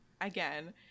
again